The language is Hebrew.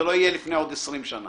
שזה לא יהיה לפני עוד עשרים שנה.